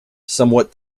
somewhat